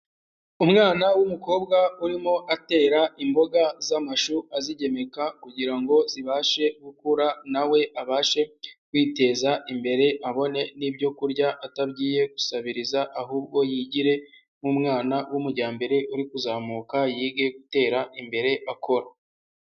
Umwana w'umukobwa urimo atera imboga z'amashu azigemeka kugira ngo zibashe gukura nawe abashe kwiteza imbere abone n'ibyokurya atagiye gusabiriza, ahubwo yigire nk'umwana w'umujyambere uri kuzamuka, yige gutera imbere akora.